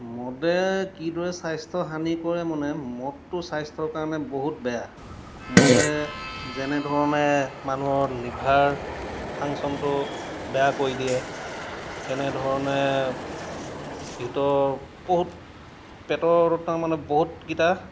মদে কিদৰে স্বাস্থ্য হানি কৰে মানে মদটো স্বাস্থ্যৰ কাৰণে বহুত বেয়া মদে যেনেধৰণে মানুহৰ লিভাৰ ফাংশ্যনটো বেয়া কৰি দিয়ে তেনেধৰণে ভিতৰৰ বহুত পেটৰ তাৰমানে বহুতকেইটা